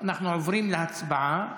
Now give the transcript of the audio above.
אנחנו עוברים להצבעה.